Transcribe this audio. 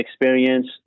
experience